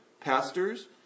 pastors